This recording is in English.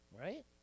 Right